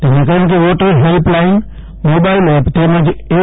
તેમણે કહ્યું કે વોટર હેલ્પલાઇન મોબાઇલ એપ તેમજ એન